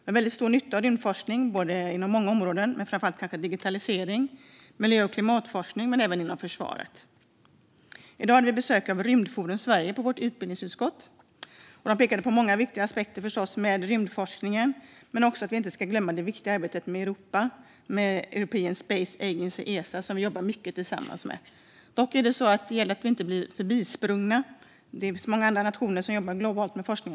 Vi har stor nytta av rymdforskning på många områden men kanske framför allt inom digitalisering, miljö och klimat samt försvar. I dag besökte Rymdforum Sverige utbildningsutskottet. De pekade på många viktiga aspekter av rymdforskning men också på att vi inte ska glömma det viktiga samarbetet inom European Space Agency, ESA. Det gäller dock att vi inte blir förbisprungna, för det är många andra nationer som jobbar med rymdforskning.